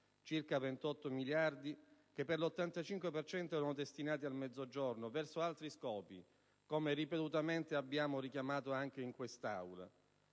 (circa 28 miliardi) che per l'85 per cento erano destinati al Mezzogiorno, verso altri scopi, come ripetutamente abbiamo richiamato anche in quest'Aula.